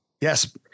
Yes